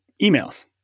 emails